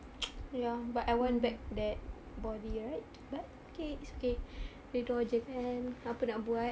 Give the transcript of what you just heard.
ya but I want back that body right but okay it's okay reda jer kan apa nak buat